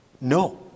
No